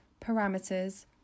parameters